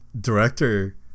director